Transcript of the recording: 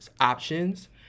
options